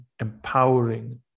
empowering